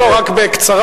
לא, רק בקצרה.